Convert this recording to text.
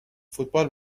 فوتبال